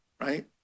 right